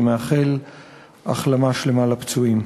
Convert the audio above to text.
ומאחל החלמה שלמה לפצועים.